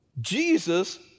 Jesus